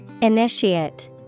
Initiate